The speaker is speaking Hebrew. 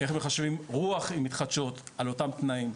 איך מחשבים רוח עם מתחדשות על אותם תנאים.